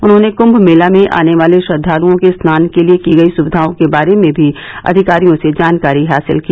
उन्होंने कुंभ मेला में आने वाले श्रद्वालुओं के स्नान के लिए की गई सुविधाओं के बारे में भी अधिकारियों से जानकारी हासिल की